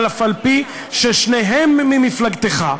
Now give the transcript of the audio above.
אף-על-פי ששניהם ממפלגתך,